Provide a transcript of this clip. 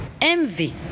envy